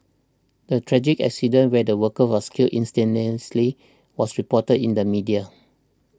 the tragic accident where the worker was killed instantaneously was reported in the media